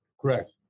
correct